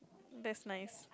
that's nice